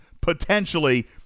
potentially